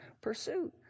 pursuit